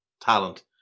talent